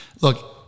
Look